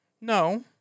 No